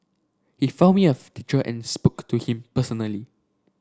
he found me of teacher and spoke to him personally